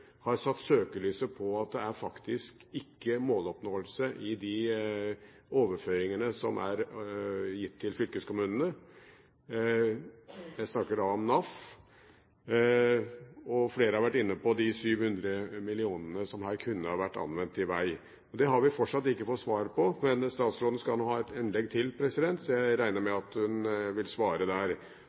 det faktisk ikke er måloppnåelse i de overføringene som er gitt til fylkeskommunene, stiller interpellanten og flere med god grunn spørsmål ved de 700 mill. kr som kunne vært anvendt til veg. Det har vi fortsatt ikke fått svar på, men statsråden skal ha et innlegg til, så jeg regner med at hun vil svare der.